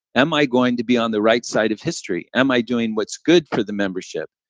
am i going to be on the right side of history? am i doing what's good for the membership?